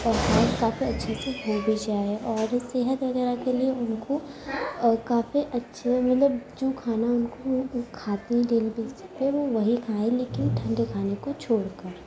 اور خون صاف اچّھے سے ہو بھی جائے اور صحت وغیرہ کے لیے ان کو کافی اچّھے مطلب جو کھانا ان کو وہ کھاتے ہیں ڈیلی بیسس پہ وہ وہی کھائیں لیکن ٹھنڈے کھانے کو چھوڑ کر